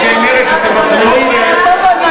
אתן מפריעות.